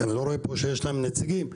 אני לא רואה שיש להם נציגים פה,